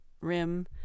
rim